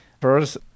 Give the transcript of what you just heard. First